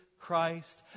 Christ